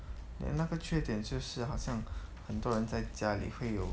then 那个缺点就是好像很多人在家里会有